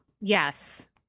yes